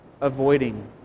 avoiding